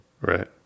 right